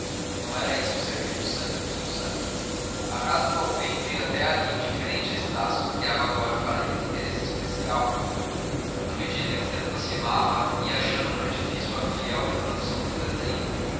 não era isso servir o sangue do seu sangue a casa do alpendre até ali indiferente a estácio criava agora para ele um interesse especial à medida que se aproximava ia achando no edifício a fiel reprodução do desenho